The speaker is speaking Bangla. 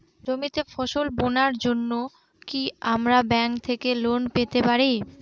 জমিতে ফসল বোনার জন্য কি আমরা ব্যঙ্ক থেকে লোন পেতে পারি?